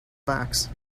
box